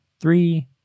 three